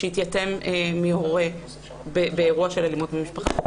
שהתייתם מהורה באירוע של אלימות משפחה,